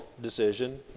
decision